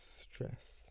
stress